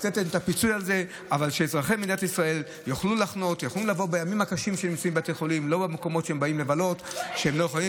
שלא נמצאים היום במצב שהם יכולים לוותר על,